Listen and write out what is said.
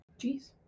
Jeez